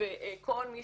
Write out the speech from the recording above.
וכל מי